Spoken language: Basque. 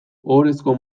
ohorezko